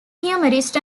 humorist